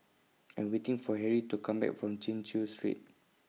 I Am waiting For Harrie to Come Back from Chin Chew Street